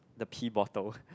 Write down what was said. the pee bottle